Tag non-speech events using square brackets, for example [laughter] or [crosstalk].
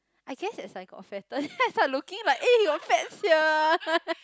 I guess as I got fatter [laughs] then I start looking like eh your fats here [laughs]